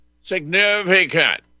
significant